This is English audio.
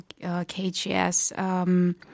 KGS –